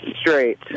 straight